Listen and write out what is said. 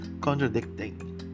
contradicting